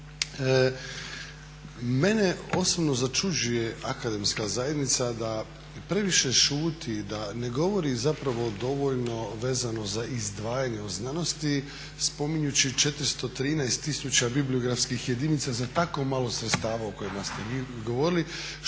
Mene osobno začuđuje Akademska zajednica da previše šuti da ne govori dovoljno za izdvajanje u znanosti spominjući 413 tisuća bibliografskih jedinica za tako malo sredstava o kojima ste vi govorili